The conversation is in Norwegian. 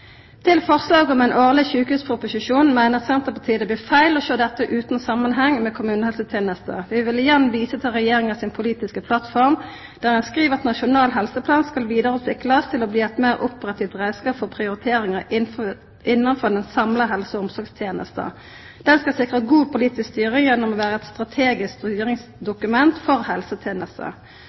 Til forslaget om ein årleg sjukehusproposisjon meiner Senterpartiet det blir feil å sjå dette utan i samanheng med kommunehelsetenesta. Vi vil igjen visa til Regjeringa si politiske plattform, der ein skriv at Nasjonal helseplan skal vidareutviklast til å bli ein meir operativ reiskap for prioriteringar innanfor den samla helse- og omsorgstenesta. Han skal sikra god politisk styring gjennom å vera eit strategisk styringsdokument for